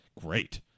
great